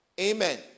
Amen